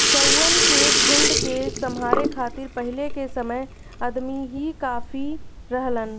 चउवन के झुंड के सम्हारे खातिर पहिले के समय अदमी ही काफी रहलन